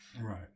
Right